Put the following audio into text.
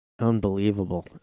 Unbelievable